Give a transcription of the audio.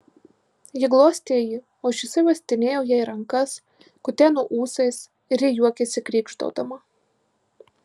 ji glostė jį o šisai uostinėjo jai rankas kuteno ūsais ir ji juokėsi krykštaudama